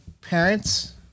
parents